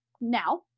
now